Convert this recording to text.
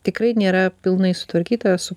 tikrai nėra pilnai sutvarkyta su